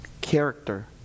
Character